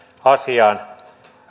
asiaan